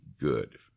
good